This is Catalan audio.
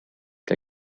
que